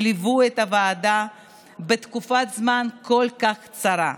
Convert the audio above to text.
שליוו את הוועדה בתקופת זמן כל כך קצרה.